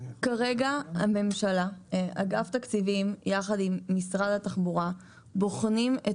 כרגע הממשלה אגף תקציבים יחד עם משרד התחבורה בוחנים את